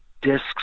discs